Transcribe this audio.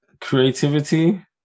creativity